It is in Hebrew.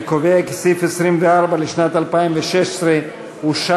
אני קובע כי סעיף 24 לשנת 2016 אושר,